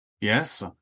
yes